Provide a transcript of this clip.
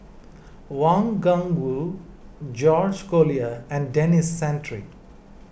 Wang Gungwu George Collyer and Denis Santry